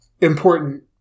important